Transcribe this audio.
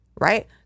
Right